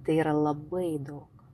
tai yra labai daug